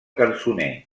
cançoner